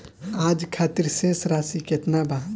आज खातिर शेष राशि केतना बा?